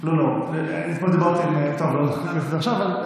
לא, לא, אני כבר דיברתי, טוב, לא ניכנס לזה עכשיו.